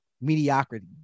mediocrity